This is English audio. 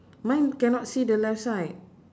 mine cannot see the left side